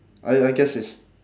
I I guess it's